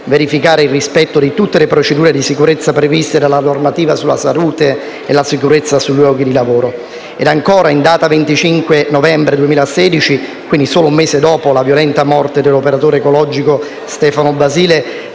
verificare il rispetto di tutte le procedure di sicurezza previste dalla normativa sulla salute e la sicurezza sui luoghi di lavoro. Ancora, in data 25 novembre 2016, quindi solo un mese dopo la violenta morte dell'operatore ecologico Stefano Basile,